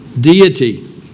deity